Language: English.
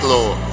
Lord